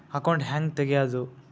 Account ಹ್ಯಾಂಗ ತೆಗ್ಯಾದು?